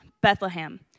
Bethlehem